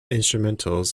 instrumentals